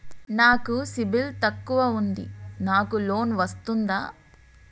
నాకు సిబిల్ తక్కువ ఉంది నాకు లోన్ వస్తుందా?